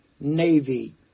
Navy